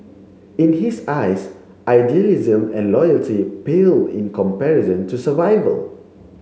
in his eyes idealism and loyalty paled in comparison to survival